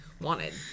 wanted